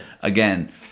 again